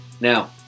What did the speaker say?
now